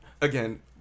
Again